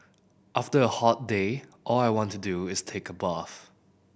after a hot day all I want to do is take a bath